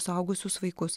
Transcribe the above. suaugusius vaikus